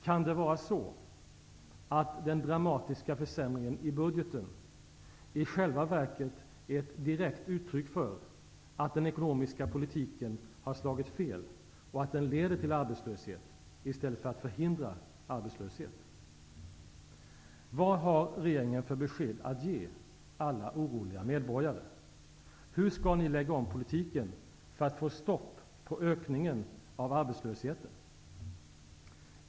Kan det vara så att den dramatiska försämringen i budgeten i själva verket är ett direkt uttryck för att den ekonomiska politiken har slagit fel och att den leder till arbetslöshet, i stället för att den förhindrar arbetslöshet?